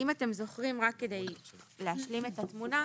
אם אתם זוכרים, רק כדי להשלים את התמונה,